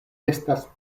estas